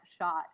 shot